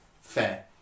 fair